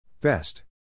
Best